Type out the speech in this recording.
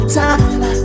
time